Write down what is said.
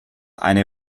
eine